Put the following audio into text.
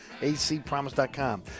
ACPromise.com